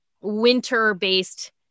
winter-based